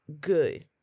good